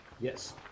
Yes